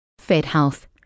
FedHealth